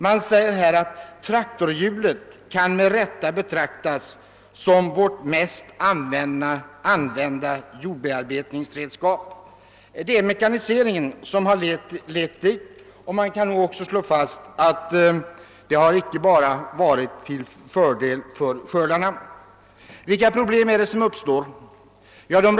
Där sägs följande: »Traktorhjulet kan med rätta betraktas som vårt mest använda jordbearbetningsredskap.» Det är mekaniseringen som har lett dit. Man kan nog också slå fast att detta har varit inte bara till fördel för skördeutfallet. Vilka problem är det som uppstår?